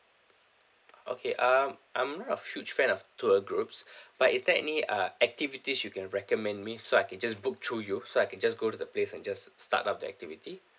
okay I'm I'm not a huge fan of tour groups but is there any uh activities you can recommend me so I can just book through you so I can just go to the place and just start up the activity